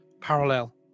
parallel